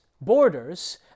borders